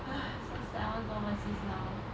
so sad I wanna go overseas now